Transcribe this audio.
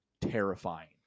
terrifying